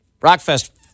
Rockfest